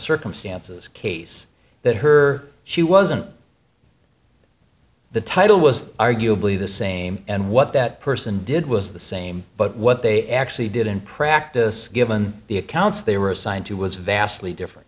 circumstances case that her she wasn't the title was arguably the same and what that person did was the same but what they actually did in practice given the accounts they were assigned to was vastly different